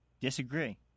Disagree